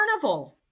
carnival